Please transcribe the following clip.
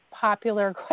popular